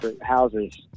Houses